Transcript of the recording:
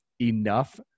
enough